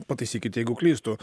pataisykit jeigu klystu